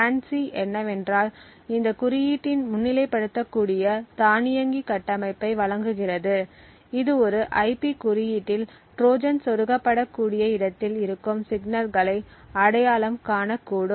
FANCI என்னவென்றால் இந்த குறியீட்டின் முன்னிலைப்படுத்தக்கூடிய தானியங்கி கட்டமைப்பை வழங்குகிறது இது ஒரு ஐபி குறியீட்டில் ட்ரோஜன் சொருகப்படக்கூடிய இடத்தில் இருக்கும் சிக்னல்களை அடையாளம் காணக்கூடும்